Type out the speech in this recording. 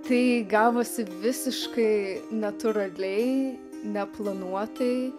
tai gavosi visiškai natūraliai neplanuotai